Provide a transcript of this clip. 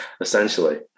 essentially